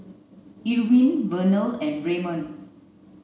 Irvin Vernal and Ramon